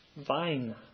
vine